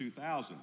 2000